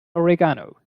oregano